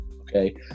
Okay